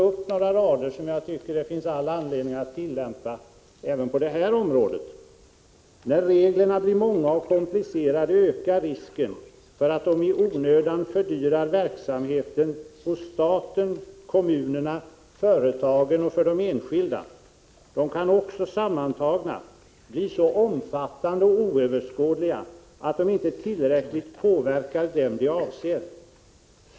Jag tycker att det även på det här området finns anledning att tillämpa vad som där framhålls: ”När reglerna blir många och komplicerade ökar risken för att de i onödan fördyrar verksamheten hos staten, kommunerna, företagen och för de enskilda. De kan också sammantagna bli så omfattande och oöverskådliga att de inte tillräckligt påverkar dem de avser.